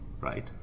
right